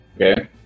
Okay